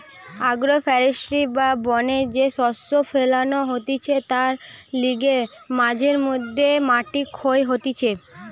agro forestry বা বনে যে শস্য ফোলানো হতিছে তার লিগে মাঝে মধ্যে মাটি ক্ষয় হতিছে